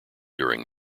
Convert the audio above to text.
during